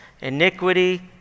iniquity